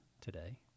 today